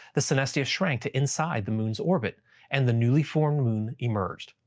the synestia shrank to inside the moon's orbit and the newly-formed moon emerged.